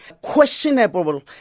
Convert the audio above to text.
questionable